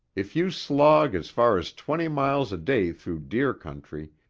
if you slog as far as twenty miles a day through deer country,